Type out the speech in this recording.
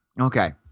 Okay